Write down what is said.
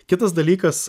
kitas dalykas